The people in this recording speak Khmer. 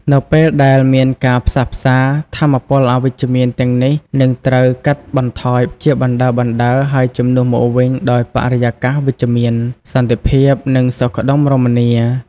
នៅពេលដែលមានការផ្សះផ្សា ថាមពលអវិជ្ជមានទាំងនេះនឹងត្រូវកាត់បន្ថយជាបណ្ដើរៗ ហើយជំនួសមកវិញដោយបរិយាកាសវិជ្ជមាន សន្តិភាព និងសុខដុមរមនា។